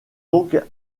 donc